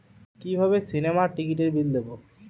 কিভাবে সিনেমার টিকিটের বিল দেবো?